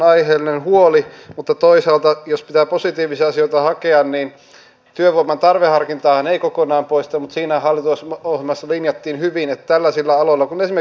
johtopäätöshän jo maanantailta puhemies täällä salissa oli se että hallituksella ei ole pitkän eikä lyhyen tähtäimen työllisyyssuunnitelmia ja se on kyllä tämän maan talouden kannalta ihan mahdoton ajatus